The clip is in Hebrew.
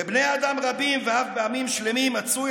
בבני אדם רבים ואף בעמים שלמים מצוי